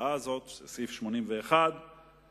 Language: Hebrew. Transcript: ההצעה הזאת, הסעיף שמדבר על הרכב המועצה,